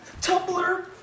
Tumblr